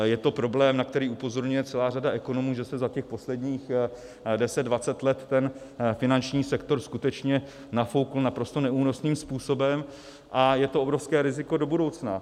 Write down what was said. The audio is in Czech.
Je to problém, na který upozorňuje celá řada ekonomů, že se za těch posledních deset dvacet let finanční sektor skutečně nafoukl naprosto neúnosným způsobem, a je to obrovské riziko do budoucna.